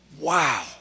wow